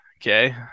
Okay